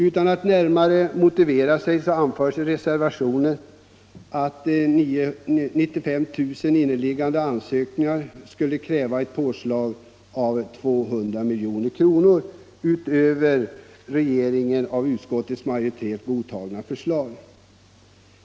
Utan närmare motivering anförs i reservationen att 95 000 inneliggande ansökningar skulle kräva ett påslag av 200 milj.kr. utöver regeringens av utskottets majoritet godtagna förslag.